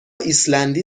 ایسلندی